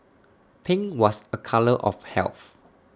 pink was A colour of health